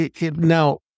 now